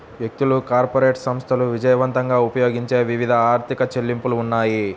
వ్యక్తులు, కార్పొరేట్ సంస్థలు విజయవంతంగా ఉపయోగించే వివిధ ఆర్థిక చెల్లింపులు ఉన్నాయి